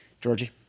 Georgie